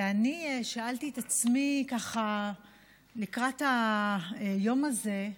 ואני שאלתי את עצמי לקראת היום הזה: